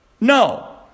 No